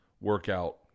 workout